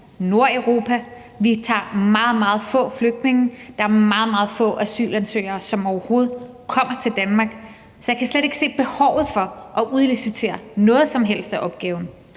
Nordeuropa. Vi tager meget, meget få flygtninge; der er meget, meget få asylansøgere, som overhovedet kommer til Danmark. Så jeg kan slet ikke se behovet for at udlicitere noget som helst af opgaven,